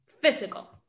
physical